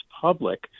public